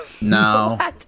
No